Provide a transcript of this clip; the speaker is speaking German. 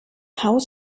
haus